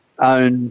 own